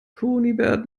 kunibert